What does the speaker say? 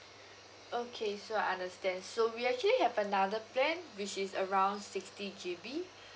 okay so I understand so we actually have another plan which is around sixty G_B